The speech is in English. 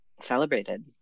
celebrated